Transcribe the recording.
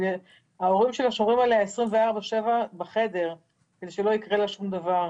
אבל ההורים שלה שומרים עליה 24/7 בחדר כדי שלא יקרה לה שום דבר.